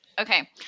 Okay